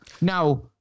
Now-